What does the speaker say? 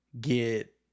get